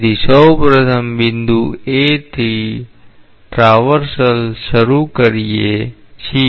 તેથી સૌપ્રથમ આપણે બિંદુ A થી ટ્રાવર્સલ શરૂ કરીએ છીએ